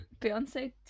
Beyonce